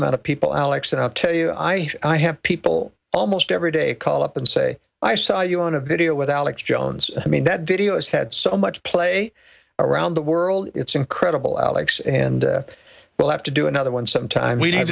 amount of people alex now tell you i i have people almost every day call up and say i saw you on a video with alex jones i mean that video has had so much play around the world it's incredible alex and we'll have to do another one sometime we